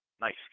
nice